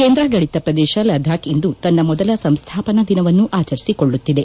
ಕೇಂದ್ರಾಡಳಿತ ಪ್ರದೇಶ ಲದ್ದಾಬ್ ಇಂದು ತನ್ನ ಮೊದಲ ಸಂಸ್ಥಾಪನಾ ದಿನವನ್ನು ಆಚರಿಸಿಕೊಳ್ಳುತ್ತಿದೆ